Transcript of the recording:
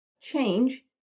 change